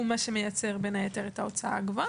מה שמייצר בין היתר את ההוצאה הגבוהה.